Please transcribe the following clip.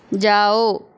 جاؤ